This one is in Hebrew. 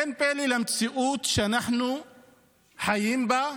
אין פלא במציאות שאנחנו חיים בה,